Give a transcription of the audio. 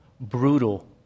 brutal